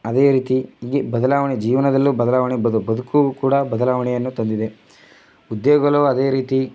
ಅದೇ ರೀತಿ ಹೀಗೆ ಬದಲಾವಣೆ ಜೀವನದಲ್ಲೂ ಬದಲಾವಣೆ ಬದುಕು ಕೂಡಾ ಬದಲಾವಣೆಯನ್ನು ತಂದಿದೆ ಉದ್ಯೋಗಗಳು ಅದೇ ರೀತಿ